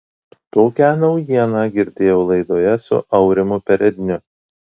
tokią naujieną girdėjau laidoje su aurimu peredniu